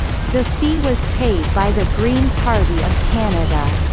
the fee was paid by the green party of canada.